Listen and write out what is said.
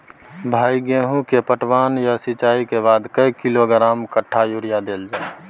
भाई गेहूं के पटवन आ सिंचाई के बाद कैए किलोग्राम कट्ठा यूरिया देल जाय?